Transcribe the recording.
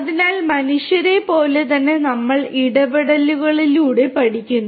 അതിനാൽ മനുഷ്യരെപ്പോലെ തന്നെ നമ്മൾ ഇടപെടലുകളിലൂടെ പഠിക്കുന്നു